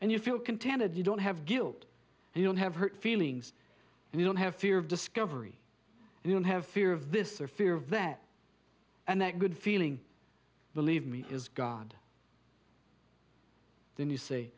and you feel contented you don't have guilt and you don't have hurt feelings and you don't have fear of discovery and you don't have fear of this or fear of that and that good feeling believe me is god then you see